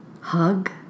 Hug